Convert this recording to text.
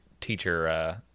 teacher